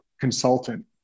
consultant